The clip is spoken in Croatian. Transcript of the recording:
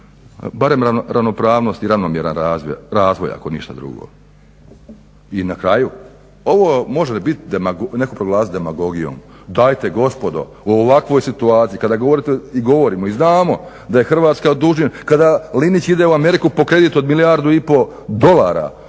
Barem ravnopravnost i ravnomjeran razvoj ako ništa drugo. I na kraju ovo može biti netko proglasiti demagogijom. Dajte gospodo u ovakvoj situaciji kada govorite i govorimo i znamo da je Hrvatska dužna, kada Linić ide u Ameriku po kredit od milijardu i pol dolara.